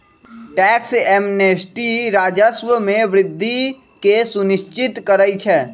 tax amnesty राजस्व में वृद्धि के सुनिश्चित करइ छै